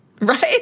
right